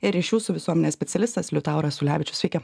ir ryšių su visuomene specialistas liutauras ulevičius sveiki